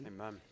Amen